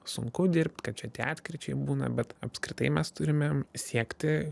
sunku dirbt kad čia tie atkryčiai būna bet apskritai mes turime siekti